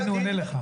הנה, הוא עונה לך.